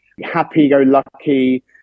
happy-go-lucky